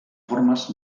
formes